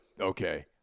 okay